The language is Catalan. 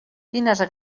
quines